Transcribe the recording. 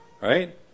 right